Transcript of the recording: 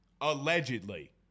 allegedly